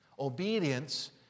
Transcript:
Obedience